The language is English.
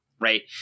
right